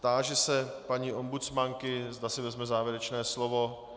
Táži se paní ombudsmanky, zda si vezme závěrečné slovo.